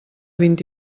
vint